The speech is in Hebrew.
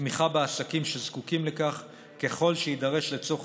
ותמיכה בעסקים שזקוקים לכך ככל שיידרש לצורך